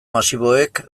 masiboek